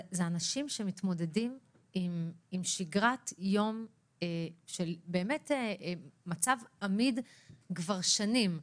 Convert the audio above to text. אלה אנשים שמתמודדים עם שגרת יום של מצב עמיד כבר שנים.